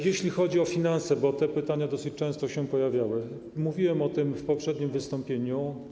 Jeśli chodzi o finanse, bo te pytania dosyć często się pojawiały, mówiłem o tym w poprzednim wystąpieniu.